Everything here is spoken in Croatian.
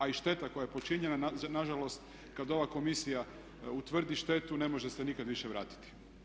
A i šteta koja je počinjena na žalost kad ova komisija utvrdi štetu ne može se nikad više vratiti.